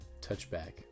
touchback